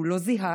הוא לא זיהה